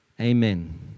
amen